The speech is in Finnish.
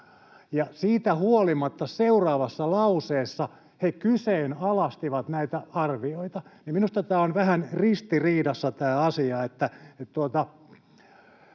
siitä huolimatta seuraavassa lauseessa he kyseenalaistivat näitä arvioita, niin minusta on vähän ristiriidassa